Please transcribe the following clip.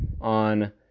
on